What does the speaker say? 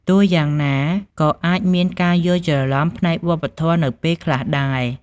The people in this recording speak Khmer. ទោះយ៉ាងណា ក៏អាចមានការយល់ច្រឡំផ្នែកវប្បធម៌នៅពេលខ្លះដែរ។